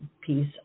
piece